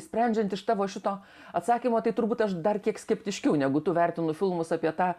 sprendžiant iš tavo šito atsakymo tai turbūt aš dar kiek skeptiškiau negu tu vertinu filmus apie tą